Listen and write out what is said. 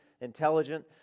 intelligent